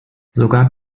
sogar